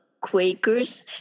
Quakers